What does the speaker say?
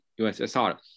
USSR